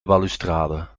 balustrade